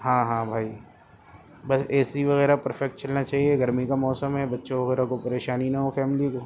ہاں ہاں بھائی بس اے سی وغیرہ پرفیکٹ چلنا چاہیے گرمی کا موسم ہے بچوں وغیرہ کو پریشانی نہ ہو فیملی کو